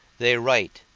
they write,